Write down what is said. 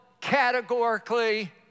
categorically